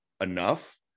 enough